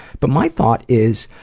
but my thought is,